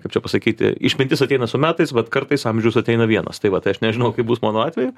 kaip čia pasakyti išmintis ateina su metais bet kartais amžius ateina vienas tai va tai aš nežinau kaip bus mano atveju